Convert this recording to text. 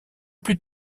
plus